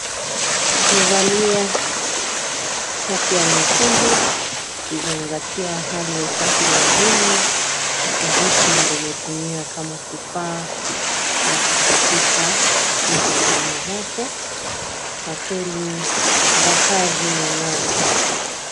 Amevalia shati ya nyekundu akizangatia hali ya usafi wa jino na kijiti ndo imetumiwa kama kifaa ya kusafisha izi jino zake na kweli zakaa zimeng'aa.